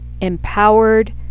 empowered